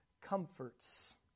comforts